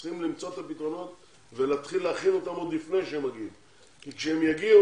צריך למצוא את הפתרונות ולהכין אותם עוד לפני שהם מגיעים כי כשהם יגיעו,